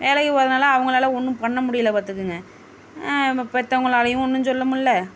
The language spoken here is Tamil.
வேலைக்கு போகிறதுனால அவங்களால் ஒன்றும் பண்ண முடியலை பார்த்துக்குங்க நம்ம பெற்றவங்களாலயும் ஒன்றும் சொல்ல முடில